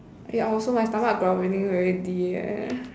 eh I also my stomach growling already leh